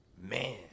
Man